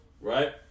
right